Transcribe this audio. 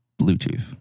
Bluetooth